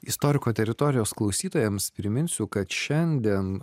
istoriko teritorijos klausytojams priminsiu kad šiandien